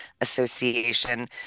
Association